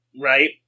right